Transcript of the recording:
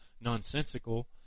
nonsensical